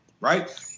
right